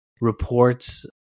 reports